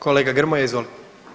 Kolega Grmoja, izvolite.